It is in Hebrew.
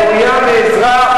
מאוים מאזרח,